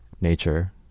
nature